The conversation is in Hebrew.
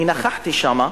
אני נכחתי שם,